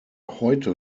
heute